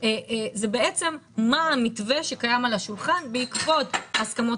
זה בעצם מה המתווה שקיים על השולחן בעקבות ההסכמות